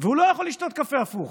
והוא לא יכול לשתות קפה הפוך?